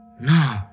No